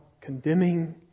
condemning